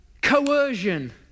coercion